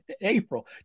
April